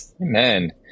Amen